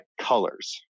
colors